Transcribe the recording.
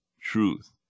truth